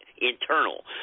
internal